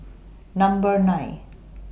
Number nine